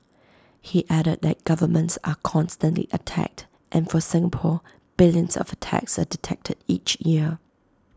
he added that governments are constantly attacked and for Singapore billions of attacks are detected each year